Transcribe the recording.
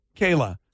Kayla